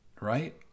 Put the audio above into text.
right